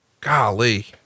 golly